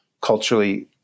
culturally